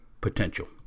potential